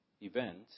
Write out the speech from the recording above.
event